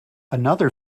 another